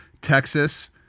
Texas